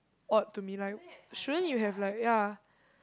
odd to me like shouldn't you have like ya